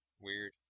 weird